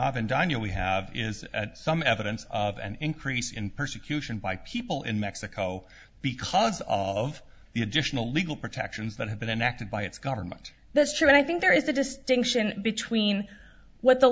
often danya we have is some evidence of an increase in persecution by people in mexico because of the additional legal protections that have been enacted by its government that's true and i think there is a distinction between what the